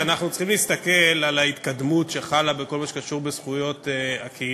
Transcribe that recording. שאנחנו צריכים להסתכל על ההתקדמות שחלה בכל מה שקשור בזכויות הקהילה,